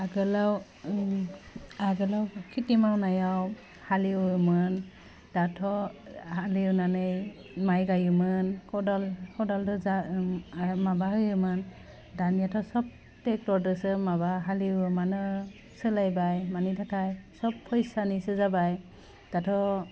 आगोलाव ओम आगोलाव खिथि मावनायाव हालिउवोमोन दाथ' हालिउनानै माय गायोमोन खदाल खदाल दोजा ओम आह माबा होयोमोन दानियाथ' सब टेक्टरजोंसो माबा हालिवो मानो सोलायबाय मानि थाखाय सब फैसानिसो जाबाय दाथ'